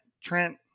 Trent